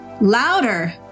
louder